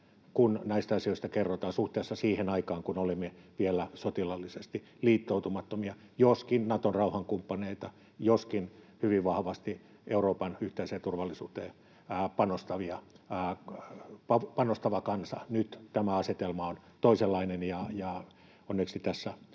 kun näistä asioista kerrotaan, suhteessa siihen aikaan, kun olimme vielä sotilaallisesti liittoutumattomia, joskin Naton rauhankumppaneita, joskin hyvin vahvasti Euroopan yhteiseen turvallisuuteen panostava kansa? Nyt tämä asetelma on toisenlainen, ja onneksi tässä